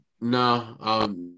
no